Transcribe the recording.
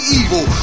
evil